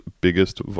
biggest